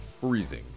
freezing